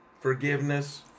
forgiveness